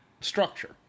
structure